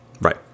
right